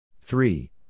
Three